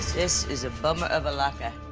this is a bummer of a locker.